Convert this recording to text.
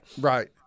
Right